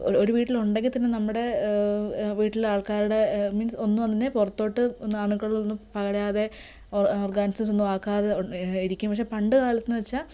ഒരു ഒരു വീട്ടിലുണ്ടെങ്കിൽതന്നെ നമ്മുടെ വീട്ടിലെ ആൾക്കാരുടെ മീൻസ് ഒന്ന് ഒന്നിനെ പുറത്തോട്ട് ഒന്ന് അണുക്കളൊന്നും പകരാതെ ഓർഗൻസിലൊന്നും ആക്കാതെ ഇരിക്കും പക്ഷേ പണ്ട് കാലത്തെന്ന് വെച്ചാൾ